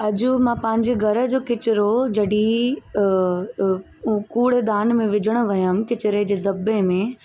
अॼु मां पंहिंजे घर जो कचिरो जॾहिं कूड़ेदान में विझणु वियमि कचिरे जे दॿे में